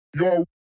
yo